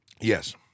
Yes